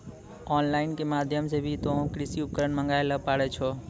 on line के माध्यम से भी तोहों कृषि उपकरण मंगाय ल पारै छौ